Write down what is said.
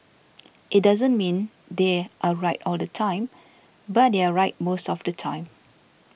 it doesn't mean they are right all the time but they are right most of the time